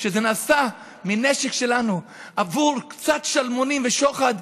כשזה נעשה מנשק שלנו עבור קצת שלמונים ושוחד,